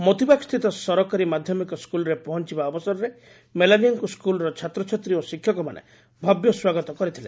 ମୋତିବାଗ ସ୍ଷିତ ସରକାରୀ ମାଧମିକ ସ୍କୁଲରେ ପହଞ୍ ବା ଅବସରରେ ମେଲାନିଆଙ୍କୁ ସ୍କୁଲର ଛାତ୍ରଛାତ୍ରୀ ଓ ଶିକ୍ଷକମାନେ ଭବ୍ୟ ସ୍ୱାଗତ କରିଥିଲେ